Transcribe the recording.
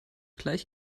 gleich